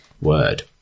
word